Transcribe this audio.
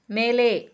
மேலே